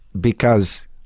because-